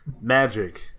magic